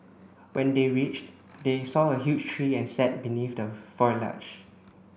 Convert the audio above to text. when they reached they saw a huge tree and sat beneath the foliage